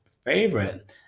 favorite